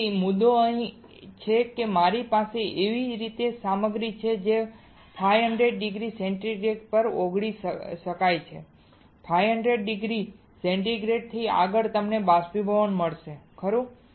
તેથી મુદ્દો અહીં છે કે મારી પાસે એક એવી સામગ્રી છે જે 500 ડિગ્રી સેન્ટીગ્રેડ પર ઓગાળી શકાય છે અને 500 ડિગ્રી સેન્ટીગ્રેડથી આગળ તમને બાષ્પીભવન મળશે ખરું